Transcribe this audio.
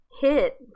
hit